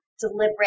deliberate